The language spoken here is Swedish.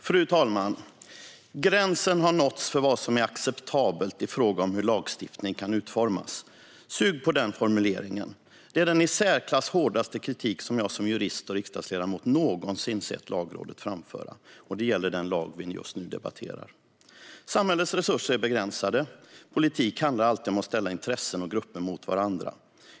Fru talman! "Gränsen har nåtts för vad som är acceptabelt ifråga om hur lagstiftning kan utformas". Sug på den formuleringen! Det är den i särklass hårdaste kritik som jag som jurist och riksdagsledamot någonsin sett Lagrådet framföra, och den gäller den lag som vi just nu debatterar. Samhällets resurser är begränsade. Politik handlar alltid om att ställa intressen och grupper mot varandra.